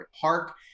Park